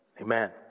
amen